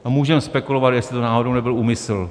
A můžeme spekulovat, jestli to náhodou nebyl úmysl.